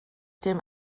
dim